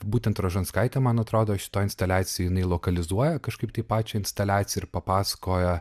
būtent rožanskaitė man atrodo šitoj instaliacijoj jinai lokalizuoja kažkaip tai pačią instaliaciją ir papasakojo